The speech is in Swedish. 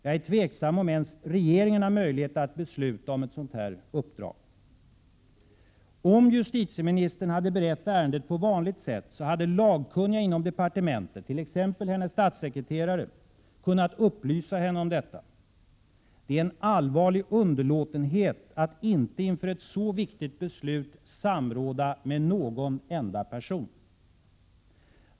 Jag är tveksam om ens regeringen har möjlighet att besluta om ett sådant uppdrag. Om justitieministern hade berett ärendet på vanligt sätt, hade lagkunniga inom departementet, t.ex. hennes statssekreterare, kunnat upplysa henne om detta. Det är en allvarlig underlåtenhet att inte inför ett så viktigt beslut samråda med någon enda person.